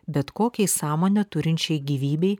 bet kokiai sąmonę turinčiai gyvybei